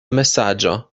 mesaĝo